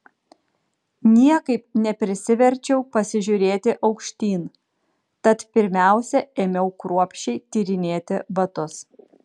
niekaip neprisiverčiau pasižiūrėti aukštyn tad pirmiausia ėmiau kruopščiai tyrinėti batus